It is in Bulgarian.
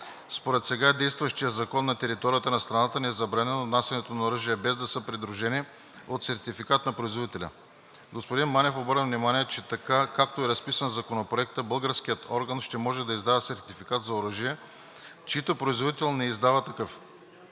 Според сега действащия закон на територията на страната ни е забранено внасянето на оръжия, без да са придружени от сертификат на производителя. Господин Манев обърна внимание, че така, както е разписан Законопроектът, българският орган ще може да издава сертификат за оръжие, чийто производител не издава такъв.